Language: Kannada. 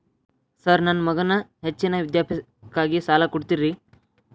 ಸರ್ ನನ್ನ ಮಗನ ಹೆಚ್ಚಿನ ವಿದ್ಯಾಭ್ಯಾಸಕ್ಕಾಗಿ ಸಾಲ ಕೊಡ್ತಿರಿ?